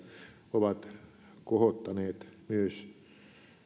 ovat kohottaneet myös